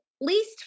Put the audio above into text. least